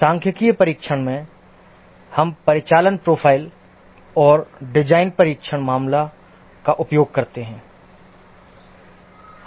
सांख्यिकीय परीक्षण में हम परिचालन प्रोफ़ाइल और डिज़ाइन परीक्षण मामलों का उपयोग करते हैं